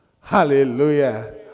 Hallelujah